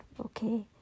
okay